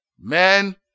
Men